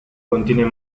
contiene